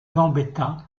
gambetta